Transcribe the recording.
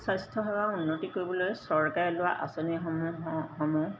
স্বাস্থ্যসেৱা উন্নতি কৰিবলৈ চৰকাৰে লোৱা আঁচনিসমূহ সমূহ